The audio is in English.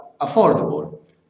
affordable